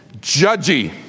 Judgy